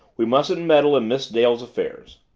we mustn't meddle in miss dale's affairs.